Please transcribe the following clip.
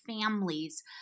families